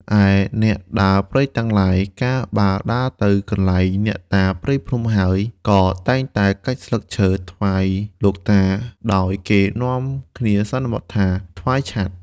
ឯអ្នកដើរព្រៃទាំងឡាយ កាលបើដើរទៅកន្លែងអ្នកតាព្រៃភ្នំហើយ ក៏តែងតែកាច់ស្លឹកឈើ ថ្វាយលោកតា ដោយគេនាំគ្នាសន្មតថា ថ្វាយឆ័ត្រ។